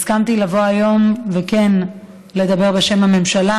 הסכמתי לבוא היום ולדבר בשם הממשלה,